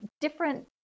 different